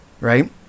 right